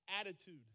attitude